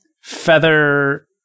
feather